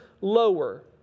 lower